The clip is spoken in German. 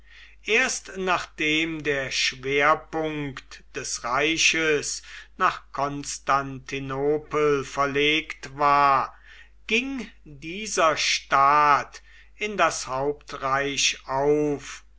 erst nachdem der schwerpunkt des reiches nach konstantinopel verlegt war ging dieser staat in das hauptreich auf